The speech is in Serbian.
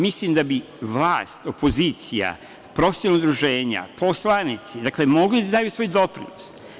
Mislim da bi vlast, opozicija, profesionalna udruženja, poslanici mogli da daju svoj doprinos.